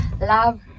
Love